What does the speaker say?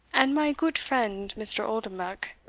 and my goot friend mr. oldenbuck,